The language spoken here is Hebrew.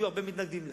יהיו הרבה מתנגדים לה.